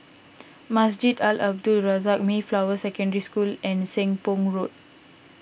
Masjid Al Abdul Razak Mayflower Secondary School and Seng Poh Road